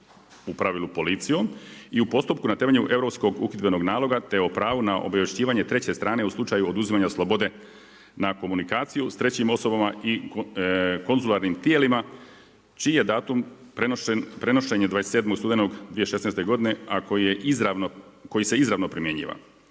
u pravilu policijom, i u postupku na temelju Europskog uhidbenog naloga te o pravu na obavješćivanje treće strane u slučaju oduzimanja slobode na komunikaciju s trećim osobama i konzularnim tijelima čije je datum prenošenja 27. studenog 2016. godine koji se izravno primjenjiva.